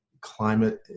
climate